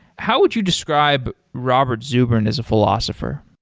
how would you describe robert zubrin as a philosopher?